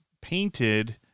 painted